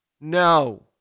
No